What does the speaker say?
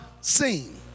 seen